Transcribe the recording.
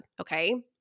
okay